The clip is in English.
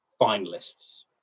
finalists